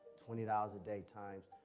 twenty dollars a day, times,